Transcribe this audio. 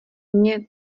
mně